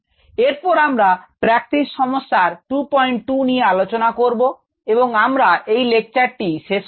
এরপর আমরা প্র্যাকটিস সমস্যার 22 নিয়ে আলোচনা করবো এবং আমরা এই লেকচারটি শেষ করব